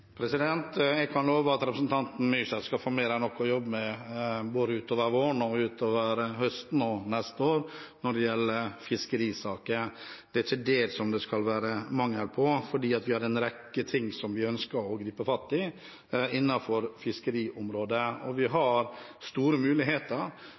Jeg kan love at representanten Myrseth skal få mer enn nok å jobbe med både utover våren, utover høsten og neste år når det gjelder fiskerisaker. Det er ikke det det skal være mangel på, for vi har en rekke ting vi ønsker å gripe fatt i innenfor fiskeriområdet. Vi har store muligheter fordi vi